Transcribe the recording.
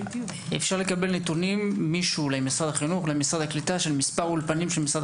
אפשר לקבל נתונים של מספר האולפנים של משרד